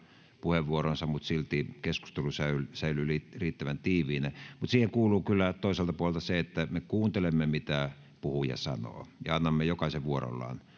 puheenvuoronsa mutta silti keskustelu säilyy säilyy riittävän tiiviinä mutta siihen kuuluu kyllä toiselta puolelta se että me kuuntelemme mitä puhuja sanoo ja annamme jokaisen vuorollaan